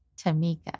Tamika